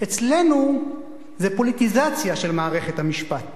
אצלנו זה פוליטיזציה של מערכת המשפט,